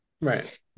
Right